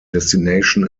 destination